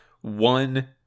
one